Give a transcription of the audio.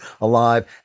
alive